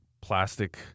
plastic